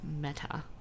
meta